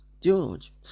George